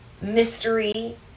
mystery